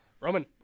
Roman